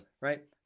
Right